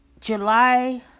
july